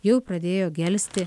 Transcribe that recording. jau pradėjo gelsti